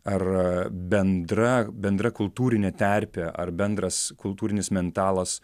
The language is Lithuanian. ar bendra bendrakultūrinė terpė ar bendras kultūrinis mentalas